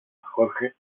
jorge